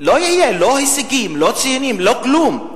לא הישגים, לא ציונים, לא כלום.